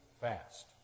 fast